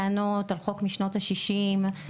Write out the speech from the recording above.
אנחנו יכולים לבוא הרבה בטענות על חוק משנות ה-60' ולהגיד,